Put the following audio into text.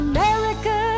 America